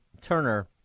Turner